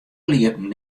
lieten